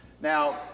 Now